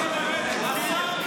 די.